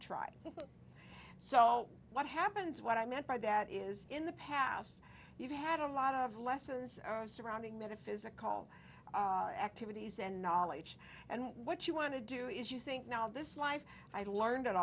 try so what happens what i meant by that is in the past you've had a lot of lessons are surrounding metaphysical activities and knowledge and what you want to do is you think now in this life i learned at